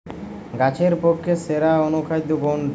গাছের পক্ষে সেরা অনুখাদ্য কোনটি?